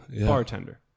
bartender